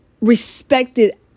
respected